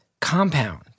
compound